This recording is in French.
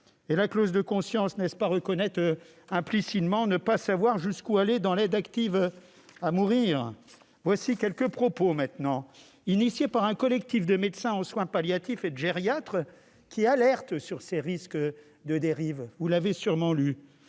la clause de conscience, n'est-ce pas reconnaître implicitement ne pas savoir jusqu'où aller dans l'aide active à mourir ? Voici quelques propos émanant d'un collectif de médecins en soins palliatifs et de gériatres qui alertent sur ces risques de dérive, vous les avez sûrement lus.